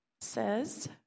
says